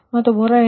ಆದ್ದರಿಂದ 0